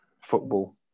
football